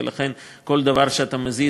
ולכן כל דבר שאתה מזיז,